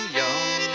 young